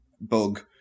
bug